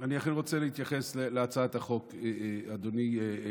אני אכן רוצה להתייחס להצעת החוק, אדוני,